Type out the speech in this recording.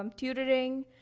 um tutoring,